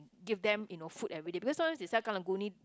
give them you know food everyday because sometimes they sell Karang-Guni